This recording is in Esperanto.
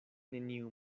neniu